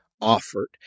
offered